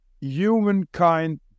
humankind